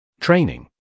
training